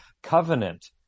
covenant